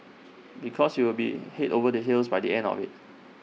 because you will be Head over the heels by the end of IT